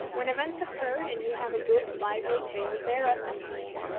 when events occur, and you have a good lively tale, bear us in mind.